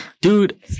Dude